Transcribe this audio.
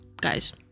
guys